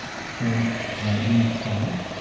so you need size.